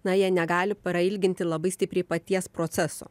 na jie negali prailginti labai stipriai paties proceso